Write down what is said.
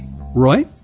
Roy